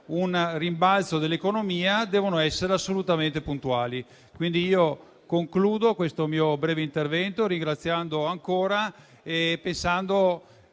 un rimbalzo dell'economia devono essere assolutamente puntuali. Concludo questo mio breve intervento ringraziando ancora e ricordando